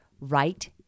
right